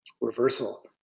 reversal